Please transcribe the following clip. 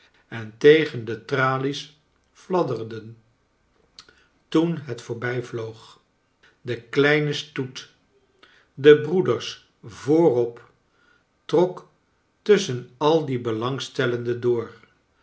en tegen de tralies fladdcrden toen het voorbij vloog de kleine stoet de breeders voorop trok tusschen al die belangstellenden door